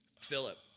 philip